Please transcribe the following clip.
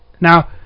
Now